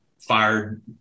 fired